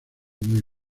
muy